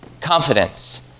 confidence